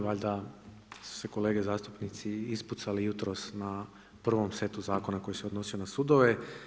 Valjda su se kolege zastupnici ispucali jutros na prvom setu zakona koji se odnosio na sudove.